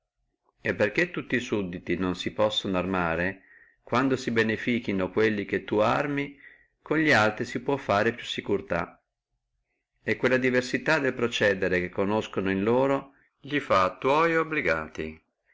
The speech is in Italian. e perché tutti sudditi non si possono armare quando si benefichino quelli che tu armi con li altri si può fare più a sicurtà e quella diversità del procedere che conoscono in loro li fa tua obbligati